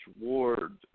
Ward